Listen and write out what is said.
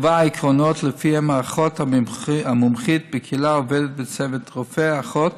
היא קבעה עקרונות שלפיהם האחות המומחית בקהילה עובדת בצוות רופא אחות,